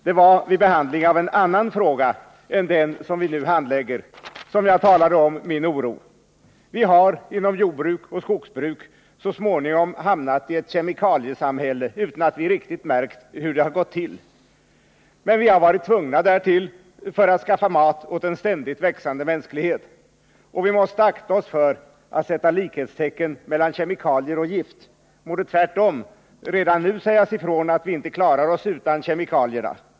Det var vid behandling av en annan fråga än den som vi nu handlägger som jag talade om min oro. Vi har inom jordbruk och skogsbruk så småningom hamnat i ett kemikaliesamhälle utan att vi riktigt märkt hur det gått till. Men vi har varit tvungna därtill för att skaffa mat åt en ständigt växande mänsklighet — och vi måste akta oss för att sätta likhetstecken mellan kemikalier och gift. Det borde tvärtom redan nu sägas ifrån, att vi inte klarar oss utan kemikalierna.